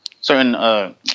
certain